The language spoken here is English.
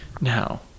Now